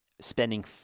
spending